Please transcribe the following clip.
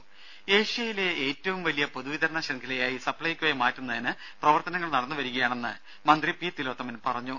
രുര ഏഷ്യയിലെ ഏറ്റവും വലിയ പൊതുവിതരണ ശൃംഖലയായി സപ്പൈകോയെ മാറ്റുന്നതിന് പ്രവർത്തനങ്ങൾ നടന്നുവരികയാണെന്ന് മന്ത്രി പി തിലോത്തമൻ പറഞ്ഞു